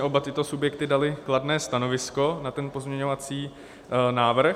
Oba tyto subjekty daly kladné stanovisko na ten pozměňovací návrh.